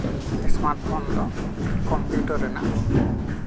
smart phone ᱫᱚ computer ᱨᱮᱱᱟᱜ